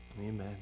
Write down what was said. Amen